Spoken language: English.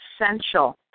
essential